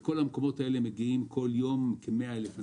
לכל המקומות האלה מגיעים כל יום כ-100,000 אנשים.